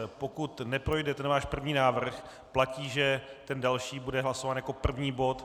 Pokud neprojde ten váš první návrh, platí, že ten další bude hlasován jako první bod.